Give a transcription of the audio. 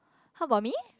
how about me